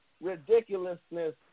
ridiculousness